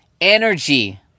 energy